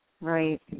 right